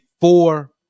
four